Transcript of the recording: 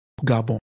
Gabon